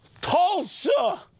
Tulsa